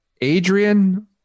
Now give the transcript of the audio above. Adrian